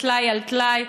טלאי על טלאי,